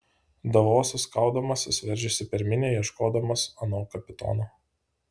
davosas kaudamasis veržėsi per minią ieškodamas ano kapitono